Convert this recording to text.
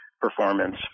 performance